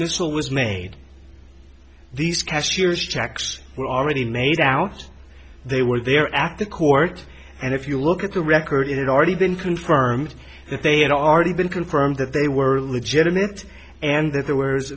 dismissal was made these cashiers checks were already made out they were there act the court and if you look at the record it had already been confirmed that they had already been confirmed that they were legitimate and